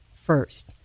first